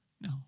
No